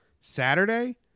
Saturday